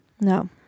No